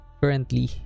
currently